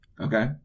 Okay